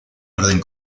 orden